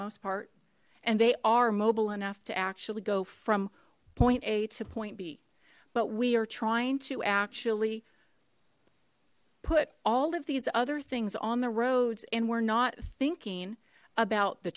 most part and they are mobile enough to actually go from point a to point b but we are trying to actually put all of these other things on the roads and we're not thinking about the